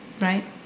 right